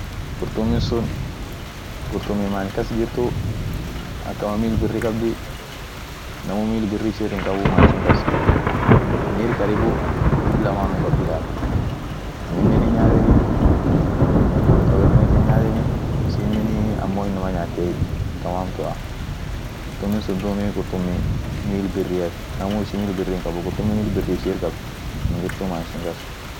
qurtumin sun qurtumi many kas jirtu akama mil biri kabdi namu mil biri ishir hinkabu many sun kas mil karibu dib lama unum kabdi daab, aminen hin'nyaateni, kabeteniet hinyateni, ishinenii amo inama nyaatiey akama hamtua, qurtumin sun duum qurtumi mil biriat, namu ishi mil biri hinkabu, qurtumi mil birri ishir kabd hinjirtu many shun kas.